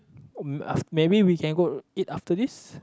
mm maybe we can go eat after this